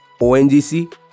ONGC